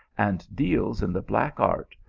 and deals in the black art,